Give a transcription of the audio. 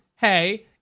Hey